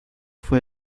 fue